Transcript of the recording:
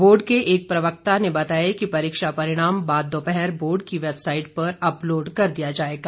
board के एक प्रवक्ता ने बताया कि परीक्षा परिणाम दोपहर तक बोर्ड की वैबसाईट पर अपलोड कर दिया जाएगा